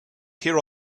here